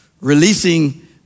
releasing